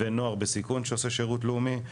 ונוער בסיכון שעושה שירות לאומי.